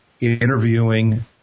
interviewing